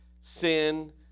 sin